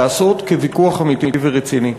להיעשות כוויכוח אמיתי ורציני.